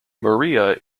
maria